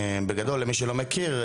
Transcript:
בגדול, למי שלא מכיר,